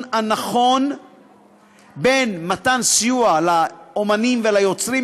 הנכון בין מתן סיוע לאמנים וליוצרים,